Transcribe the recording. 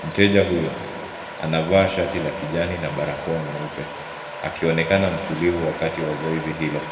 Mteja huyo anafaa shati la kijani na barakoa nyeupe akionekana mtulivu wakati wa zoezi hilo.